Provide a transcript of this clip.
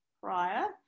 prior